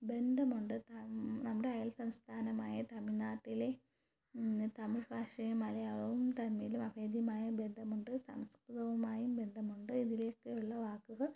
ബന്ധമുണ്ട് നമ്മുടെ അയൽ സംസ്ഥാനമായ തമിഴ്നാട്ടിലെ തമിഴ് ഭാഷയും മലയാളവും തമ്മിലും അഭേദ്യമായ ബന്ധമുണ്ട് സംസ്കൃതവുമായും ബന്ധമുണ്ട് ഇതിലേക്കുള്ള വാക്കുകൾ